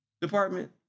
Department